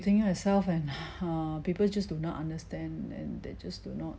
repeating myself and uh people just do not understand and they just do not